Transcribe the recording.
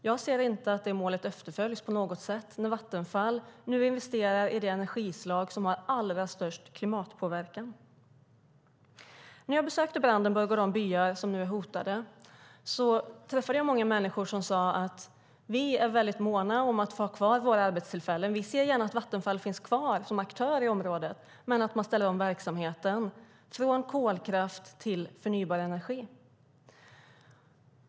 Jag ser inte att det målet på något sätt efterföljs inom Vattenfall, som nu investerar i det energislag som har allra störst klimatpåverkan. När jag besökte Brandenburg och de byar som nu är hotade träffade jag många människor som sade: Vi är väldigt måna om att få ha kvar våra arbetstillfällen och ser gärna att Vattenfall finns kvar som aktör i området men ställer om verksamheten från kolkraft till förnybar energi.